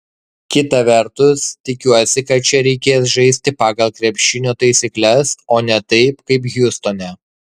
kita vertus tikiuosi kad čia reikės žaisti pagal krepšinio taisykles o ne taip kaip hjustone